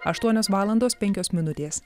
aštuonios valandos penkios minutės